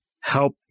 help